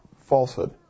Falsehood